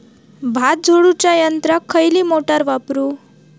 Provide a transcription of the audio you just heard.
भात झोडूच्या यंत्राक खयली मोटार वापरू?